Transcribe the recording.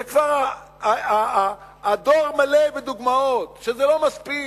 וכבר הדואר מלא בדוגמאות שזה לא מספיק